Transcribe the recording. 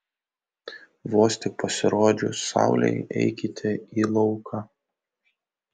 vos tik pasirodžius saulei eikite į lauką